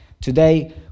today